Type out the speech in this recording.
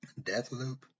Deathloop